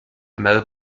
mel